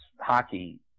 hockey